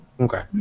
Okay